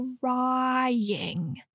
Crying